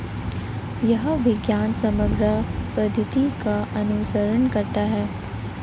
यह विज्ञान समग्र पद्धति का अनुसरण करता है